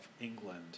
England